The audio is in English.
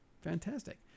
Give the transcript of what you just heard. fantastic